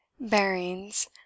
Bearings